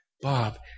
Bob